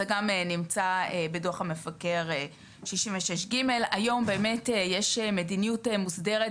זה גם נמצא בדוח המבקר 66/ג. היום באמת יש מדיניות מוסדרת,